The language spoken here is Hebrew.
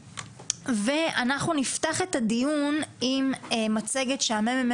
אנחנו נפתח את הדיון עם מצגת שמרכז